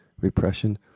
repression